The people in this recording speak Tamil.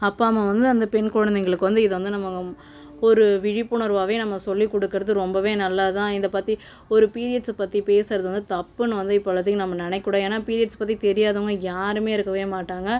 அப்பா அம்மா வந்து அந்த பெண் குழந்தைங்களுக்கு வந்து இதை வந்து நம்ம ஒரு விழிப்புணர்வாகவே நம்ம சொல்லிக் கொடுக்குறது ரொம்பவே நல்லது தான் இந்த பற்றி ஒரு பீரியட்ஸை பற்றி பேசுகிறது வந்து தப்புனு வந்து இப்பொழுதிக்கு நம்ம நினைக்கக்கூடாது ஏன்னால் பீரியட்ஸ் பற்றி தெரியாதவங்க யாருமே இருக்கவே மாட்டாங்க